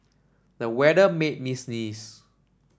the weather made me sneeze